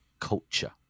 culture